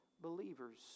believers